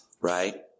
right